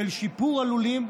של שיפור הלולים,